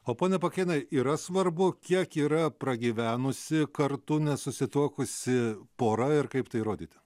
o pone pakėnai yra svarbu kiek yra pragyvenusi kartu nesusituokusi pora ir kaip tai įrodyti